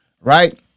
right